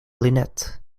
lynette